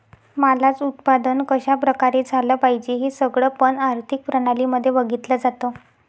मालाच उत्पादन कशा प्रकारे झालं पाहिजे हे सगळं पण आर्थिक प्रणाली मध्ये बघितलं जातं